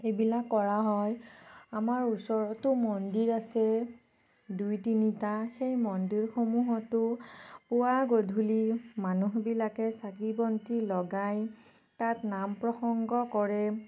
এইবিলাক কৰা হয় আমাৰ ওচৰতো মন্দিৰ আছে দুই তিনিটা সেই মন্দিৰসমূহতো পুৱা গধূলি মানুহবিলাকে চাকি বন্তি লগাই তাত নাম প্ৰসংগ কৰে